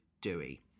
dewey